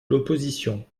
l’opposition